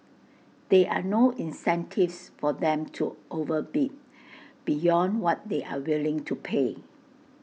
there are no incentives for them to overbid beyond what they are willing to pay